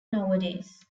nowadays